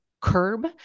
curb